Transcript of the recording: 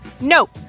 NOPE